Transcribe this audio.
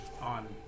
on